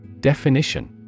Definition